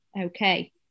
okay